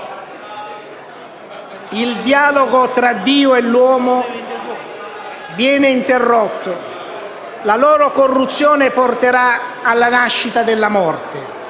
il dialogo tra Dio e l'uomo viene interrotto, la loro corruzione porterà alla nascita della morte,